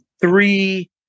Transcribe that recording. three